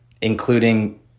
including